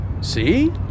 See